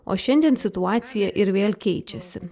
o šiandien situacija ir vėl keičiasi